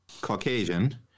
Caucasian